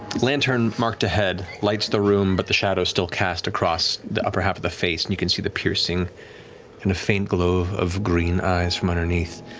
lantern marked ahead lights the room, but the shadow's still cast across the upper half of the face, and you can see the piercing and a faint glow of green eyes, from underneath,